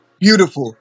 beautiful